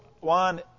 one